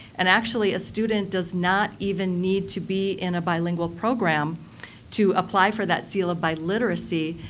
and actually student does not even need to be in a bilingual program to apply for that seal of biliteracy.